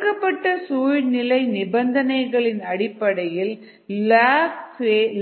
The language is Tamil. கொடுக்கப்பட்ட சூழ்நிலை நிபந்தனைகளின் அடிப்படையில்